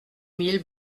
mille